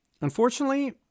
Unfortunately